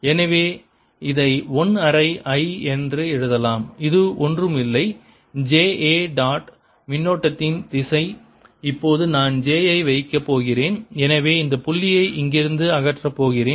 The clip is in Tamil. எனவே இதை 1 அரை I என்று எழுதலாம் இது ஒன்றும் இல்லை j A டாட் மின்னோட்டத்தின் திசை இப்போது நான் j ஐ வைக்கப் போகிறேன் எனவே இந்த புள்ளியை இங்கிருந்து அகற்றப் போகிறேன்